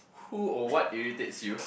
who or what irritates you